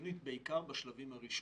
חיונית בעיקר בשלבים הראשונים.